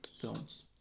films